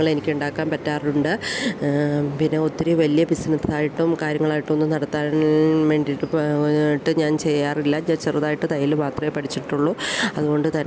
എനിക്ക് ഉണ്ടാക്കാൻ പറ്റാറുണ്ട് പിന്നെ ഒത്തിരി വലിയ ബിസിനസ്സായിട്ടും കാര്യങ്ങളായിട്ട് ഒന്നും നടത്താൻ വേണ്ടീട്ട് പ്പ ട്ട് ഞാൻ ചെയ്യാറില്ല ഞാൻ ചെറുതായിട്ട് തയ്യൽ മാത്രമേ പഠിച്ചിട്ടുള്ളു അതുകൊണ്ട് തന്നെ